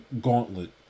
gauntlet